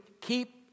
keep